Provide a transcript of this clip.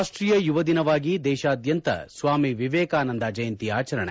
ರಾಷ್ಟೀಯ ಯುವ ದಿನವಾಗಿ ದೇಶಾದ್ಯಂತ ಸ್ವಾಮಿ ವಿವೇಕಾನಂದ ಜಯಂತಿ ಆಚರಣೆ